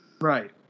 Right